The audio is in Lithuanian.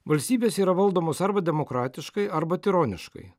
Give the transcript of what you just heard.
valstybės yra valdomos arba demokratiškai arba tironiškai